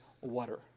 water